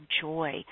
joy